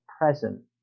present